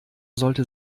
sollte